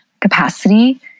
capacity